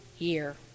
year